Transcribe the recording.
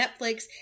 Netflix